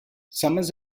summers